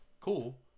cool